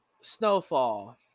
Snowfall